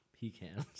Pecans